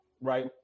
right